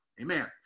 Amen